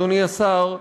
אדוני השר,